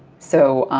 so